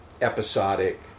episodic